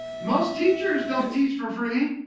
most teachers don't teach for free,